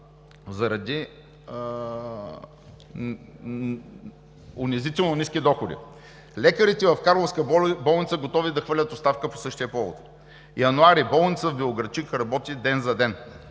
заради унизително ниски доходи. Лекарите в карловската болница са готови да хвърлят оставка по същия повод“; януари: „Болницата в Белоградчик работи ден за ден“;